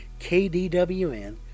KDWN